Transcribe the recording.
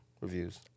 reviews